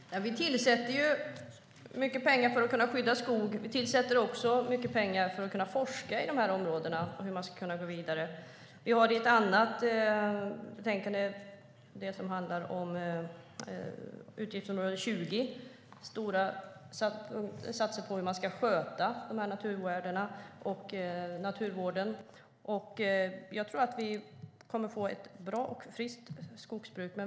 Herr talman! Vi avsätter mycket pengar för att skydda skog. Vi avsätter också mycket pengar till forskning på dessa områden för att komma vidare. Inom utgiftsområde 20 gör vi stora satsningar på skötsel av naturvärden och naturvård. Jag tror därför att vi kommer att få ett bra och friskt skogsbruk.